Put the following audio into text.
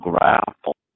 grapple